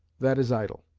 that is idle.